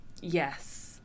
yes